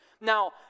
Now